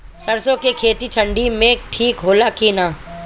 सरसो के खेती ठंडी में ठिक होला कि ना?